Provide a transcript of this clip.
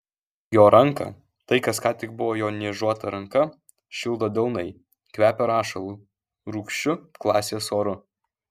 jo ranką tai kas ką tik buvo jo niežuota ranka šildo delnai kvepią rašalu rūgščiu klasės oru